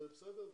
זה יהיה בסדר?